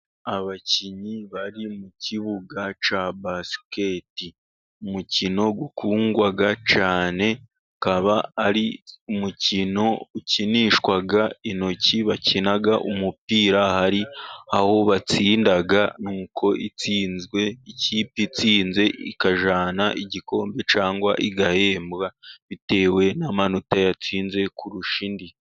Abakinnyi bari mu kibuga cya basiketi, umukino ukundwa cyane, ukaba ari umukino ukinishwa intoki, bakina umupira hari aho batsinda, nuko ikipe itsinzwe, ikipe itsinze ikajyana igikombe cyangwa igahembwa bitewe n'amanota yatsinze kurusha indi.